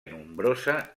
nombrosa